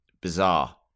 bizarre